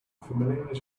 familiarize